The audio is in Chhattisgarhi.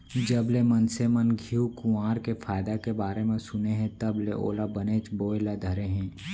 जबले मनसे मन घींव कुंवार के फायदा के बारे म सुने हें तब ले ओला बनेच बोए ल धरे हें